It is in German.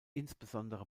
insbesondere